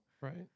Right